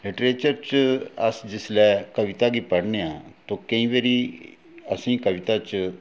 literature च अस जिसलै कविता गी पढ़ने आं तो केईं बारी असेंई कविता च